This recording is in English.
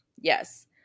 Yes